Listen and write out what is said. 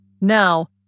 Now